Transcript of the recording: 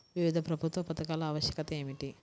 వివిధ ప్రభుత్వ పథకాల ఆవశ్యకత ఏమిటీ?